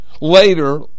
Later